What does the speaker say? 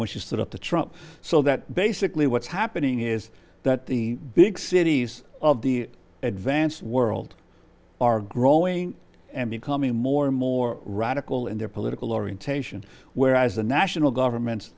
which is sort of the trunk so that basically what's happening is that the big cities of the advanced world are growing and becoming more and more radical in their political orientation whereas the national governments